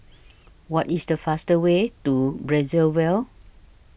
What IS The fastest Way to Brazzaville